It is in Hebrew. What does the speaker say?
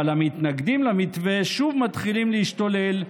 אבל המתנגדים למתווה שוב מתחילים להשתולל.